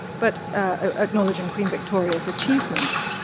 but ah acknowledging queen victoria's achievements.